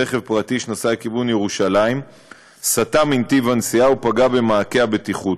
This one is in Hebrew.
רכב פרטי שנסע לכיוון ירושלים סטה מנתיב הנסיעה ופגע במעקה הבטיחות.